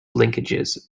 linkages